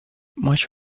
much